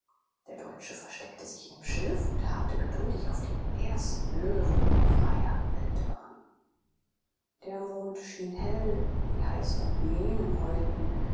der deutsche versteckte sich im schilf und harrte geduldig auf den ersten löwen in freier wildbahn der mond schien hell die heiseren hyänen heulten